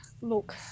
look